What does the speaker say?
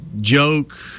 joke